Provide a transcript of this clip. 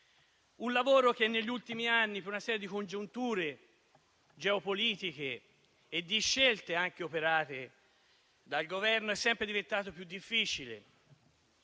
un lavoro che negli ultimi anni, per una serie di congiunture geopolitiche e di scelte anche operate dal Governo, è diventato sempre più difficile.